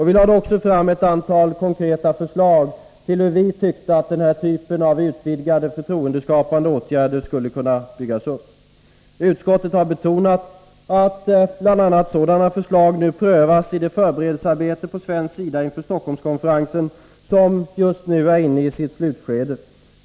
Vi lade också fram ett antal konkreta förslag till hur den här typen av förtroendeskapande åtgärder skulle kunna byggas upp. Utskottet har betonat att bl.a. sådana förslag prövas på svensk sida i det förberedelsearbete inför Stockholmskonferensen som just nu är inne i sitt slutskede.